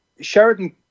Sheridan